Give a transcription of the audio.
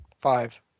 Five